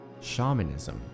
shamanism